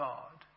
God